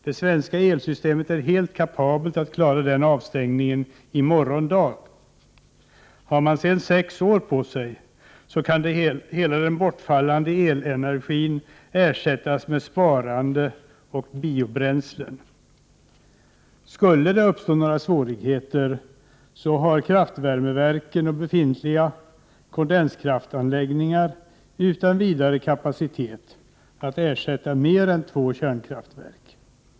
Det svenska elsystemet är helt kapabelt att klara den avstängningen i morgon dag. Har man sedan sex år på sig, kan hela den bortfallande elenergin ersättas med sparande och biobränslen. Skulle det uppstå några svårigheter, har kraftvärmeverken och befintliga kondenskraftanläggningar utan vidare kapacitet att ersätta mer än två kärnkraftverk.